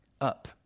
up